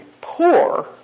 poor